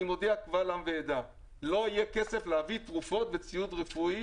אני מודיע קבל ועדה: לא יהיה כסף להביא תרופות וציוד רפואי.